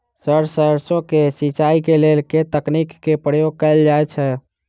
Sir सैरसो केँ सिचाई केँ लेल केँ तकनीक केँ प्रयोग कैल जाएँ छैय?